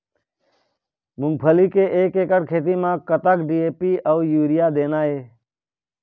मूंगफली के एक एकड़ खेती म कतक डी.ए.पी अउ यूरिया देना ये?